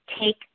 take